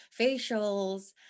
facials